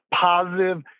positive